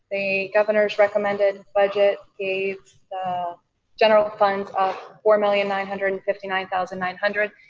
the governor's recommended budget gave the general funds of four million nine hundred and fifty nine thousand nine hundred